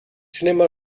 cinema